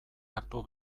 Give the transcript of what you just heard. hartu